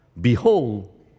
Behold